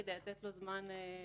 כדי לתת לו זמן להתייחס.